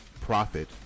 Profit